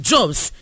Jobs